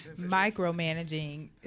Micromanaging